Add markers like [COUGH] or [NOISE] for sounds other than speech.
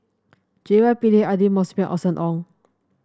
J Y Pillay Aidli [UNINTELLIGIBLE] Austen Ong